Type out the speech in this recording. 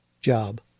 job